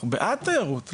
אנחנו בעד תיירות.